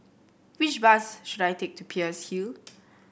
which bus should I take to Peirce Hill